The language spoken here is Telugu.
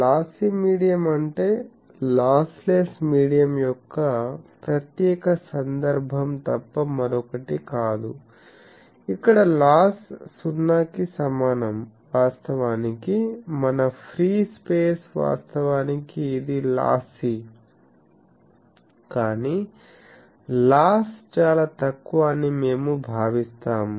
లాస్సీ మీడియం అంటే లాస్లెస్ మీడియం యొక్క ప్రత్యేక సందర్భం తప్ప మరొకటి కాదు ఇక్కడ లాస్ సున్నాకి సమానం వాస్తవానికి మన ఫ్రీ స్పేస్ వాస్తవానికి ఇది లాస్సీ కాని లాస్ చాలా తక్కువ అని మేము భావిస్తాము